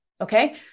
okay